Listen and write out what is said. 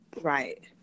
Right